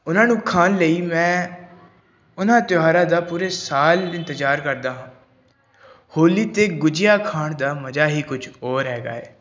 ਉਹਨਾਂ ਨੂੰ ਖਾਣ ਲਈ ਮੈਂ ਉਹਨਾਂ ਤਿਉਹਾਰਾਂ ਦਾ ਪੂਰੇ ਸਾਲ ਇੰਤਜ਼ਾਰ ਕਰਦਾ ਹਾਂ ਹੌਲੀ 'ਤੇ ਗੁਝੀਆ ਖਾਣ ਦਾ ਮਜ਼ਾ ਹੀ ਕੁਛ ਹੋਰ ਹੈਗਾ ਹੈ